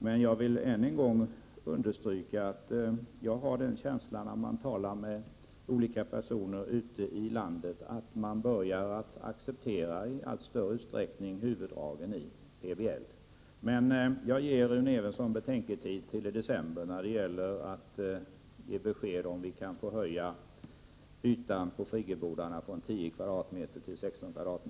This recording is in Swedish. Jag vill emellertid än en gång understryka att jag, efter att ha talat med olika personer ute i landet, har känslan av att människor i allt större utsträckning börjar acceptera huvuddragen i PBL. Men jag ger alltså Rune Evensson betänketid till december när det gäller att ge besked om huruvida ytan på friggebodarna kan utökas från 10 m? till 16 m?.